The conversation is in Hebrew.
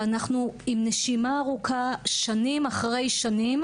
ואנחנו עם נשימה ארוכה שנים אחרי שנים